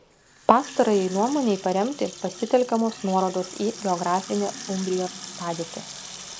pastarajai nuomonei paremti pasitelkiamos nuorodos į geografinę umbrijos padėtį